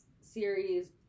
series